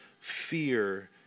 fear